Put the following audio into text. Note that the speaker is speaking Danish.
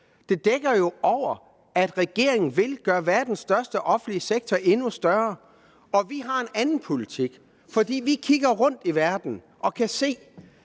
Det dækker jo over, at regeringen vil gøre verdens største offentlige sektor endnu større. Men vi har en anden politik. For vi kigger rundt i verden og kan se,